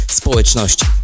społeczności